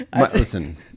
Listen